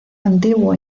antiguo